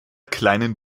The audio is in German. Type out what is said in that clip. kleinen